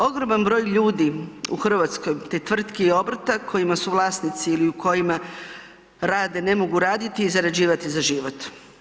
Ogroman broj ljudi u Hrvatskoj te tvrtki i obrta kojima su vlasnici ili u kojima rade, ne mogu raditi i zarađivati za život.